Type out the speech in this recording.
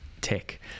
tech